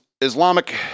Islamic